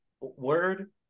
Word